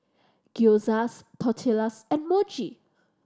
Gyoza Tortillas and Mochi